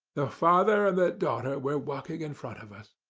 the father and the daughter were walking in front of us.